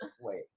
wait